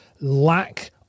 lack